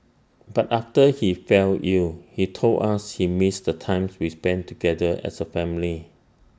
but after he fell ill he told us he missed the times we spent together as A family